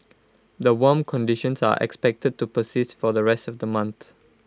the warm conditions are expected to persist for the rest of the month